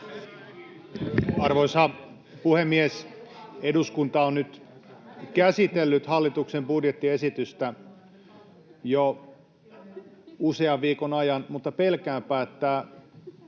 Arvoisa puhemies! Eduskunta on nyt käsitellyt hallituksen budjettiesitystä jo usean viikon ajan, mutta pelkäänpä, että